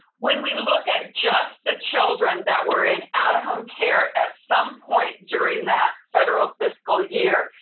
when we look at just the children that were in out-of-home care at some point during that federal fiscal year,